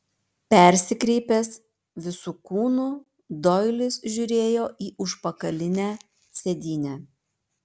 persikreipęs visu kūnu doilis žiūrėjo į užpakalinę sėdynę